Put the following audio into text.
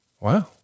Wow